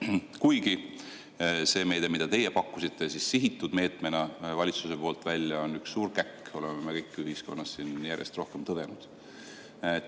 Aga see meede, mille teie pakkusite sihitud meetmena valitsuse poolt välja, on üks suur käkk, seda oleme me kõik ühiskonnas järjest rohkem tõdenud.